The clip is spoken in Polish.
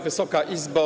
Wysoka Izbo!